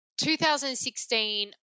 2016